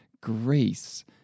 grace